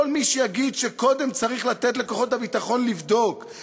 כל מי שיגיד שקודם צריך לתת לכוחות הביטחון לבדוק,